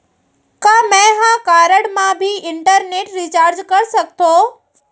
का मैं ह कारड मा भी इंटरनेट रिचार्ज कर सकथो